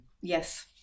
Yes